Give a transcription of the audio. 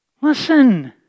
Listen